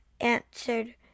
answered